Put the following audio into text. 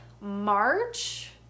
march